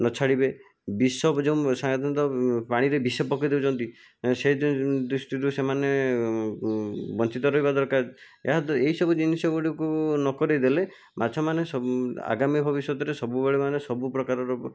ନ ଛାଡ଼ିବେ ବିଷକୁ ଯେଉଁ ସାଧାରଣତଃ ପାଣିରେ ବିଷ ପକେଇ ଦେଉଛନ୍ତି ସେ ଦୃଷ୍ଟିରୁ ସେମାନେ ବଞ୍ଚିତ ରହିବା ଦରକାର ଏହା ଦ୍ଵାରା ଏଇ ସବୁ ଜିନିଷ ଗୁଡ଼ିକୁ ନ କରିଦେଲେ ମାଛମାନେ ସବୁ ଆଗାମୀ ଭବିଷ୍ୟତରେ ସବୁବେଳେ ମାନେ ସବୁ ପ୍ରକାରର